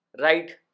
right